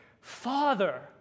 Father